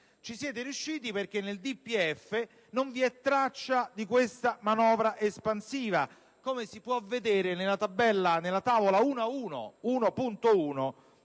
in questa operazione perché nel DPEF non vi è traccia di questa manovra espansiva, come si può vedere dalla Tavola 1.1